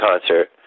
concert